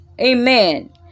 amen